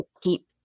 keep